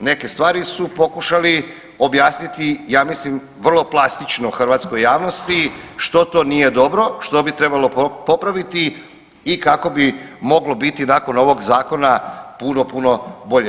neke stvari su pokušali objasniti ja mislim vrlo plastično hrvatskoj javnosti što to nije dobro, što bi trebalo popraviti i kako bi moglo biti nakon ovog zakona puno, puno bolje.